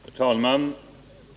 Herr talman!